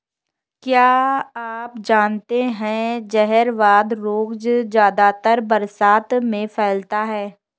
क्या आप जानते है जहरवाद रोग ज्यादातर बरसात में फैलता है?